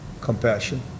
compassion